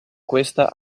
questa